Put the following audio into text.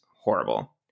horrible